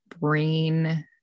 brain